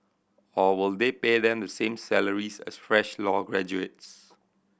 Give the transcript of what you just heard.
or will they pay them the same salaries as fresh law graduates